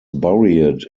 buried